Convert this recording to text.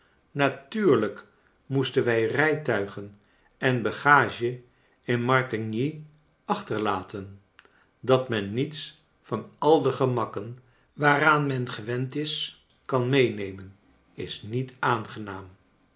natuurlijk moesten wij rijtuigen en bagage in martigny achterlaten dat men niets van al de gemakken waaraan men gewend is kan meenemen is niet aangenaam